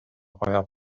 première